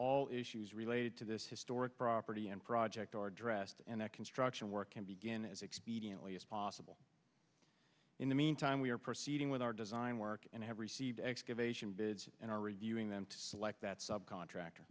all issues related to this historic property and project are addressed and that construction work can begin as expediently as possible in the meantime we are proceeding with our design work and have received excavation bids and are reviewing them to select that sub contractor